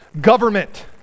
government